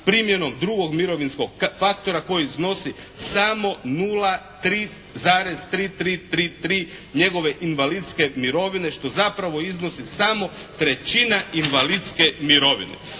primjenom drugog mirovinskog faktora koji iznosi samo 0,3333 njegove invalidske mirovine što zapravo iznosi samo trećina invalidske mirovine.